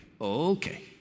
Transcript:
Okay